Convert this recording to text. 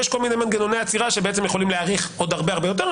יש כל מיני מנגנוני עצירה שבעצם יכולים להאריך עוד הרבה יותר.